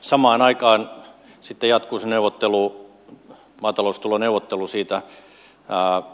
samaan aikaan sitten jatkuu se maataloustuloneuvottelu siitä